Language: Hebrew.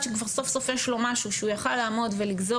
עד שכבר סוף סוף יש לו משהו שהוא יכל לעמוד ולגזור,